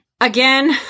Again